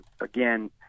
Again